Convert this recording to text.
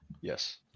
yes